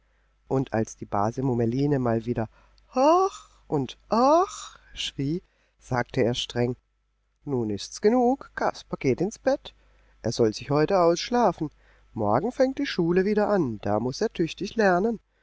und als die base mummeline mal wieder hach und ach schrie sagte er streng nun ist's genug kasper geht ins bett er soll sich heute ausschlafen morgen fängt die schule wieder an da muß er tüchtig lernen